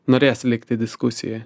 norės likti diskusijoje